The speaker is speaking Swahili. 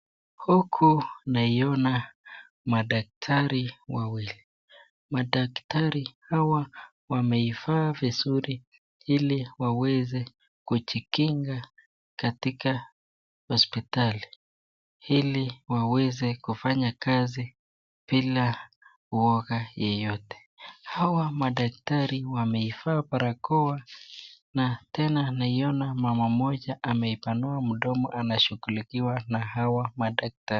Huku naiona madakitari wawili. Madakitari hawa wameivaa vizuri ili waweze kujikinga katika hospitali, ili waweze kufanya kazi bila uoga yeyote. Hawa madakitari wameivaa barakoa na tena naiona mama moja ameipanua mdomo anashungulikiwa na hawa madakitari.